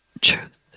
truth